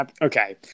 Okay